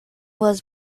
was